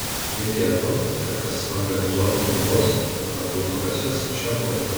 reikėtų kad kas organizuotų klubus kad būtų kas juos šefuotų